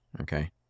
okay